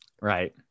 Right